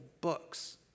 books